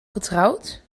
getrouwd